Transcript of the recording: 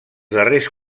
darrers